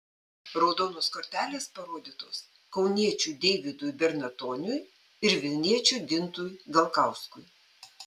raudonos kortelės parodytos kauniečiui deividui bernatoniui ir vilniečiui gintui galkauskui